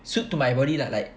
suit to my body lah like